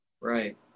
Right